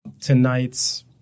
Tonight's